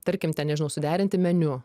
tarkim ten ir suderinti meniu